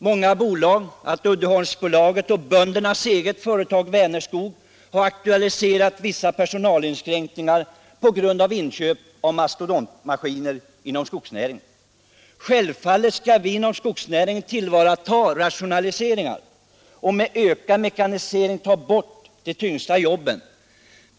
Många bolag, bl.a. Uddeholmsbolaget och böndernas eget företag Vänerskog, har aktualiserat vissa personalinskränkningar på grund av inköp av mastodontmaskiner inom skogsnäringen. Självfallet skall vi inom skogsnäringen tillvarata möjligheter till rationaliseringar och med ökad mekanisering ta bort de tyngsta jobben.